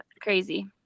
Crazy